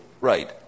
Right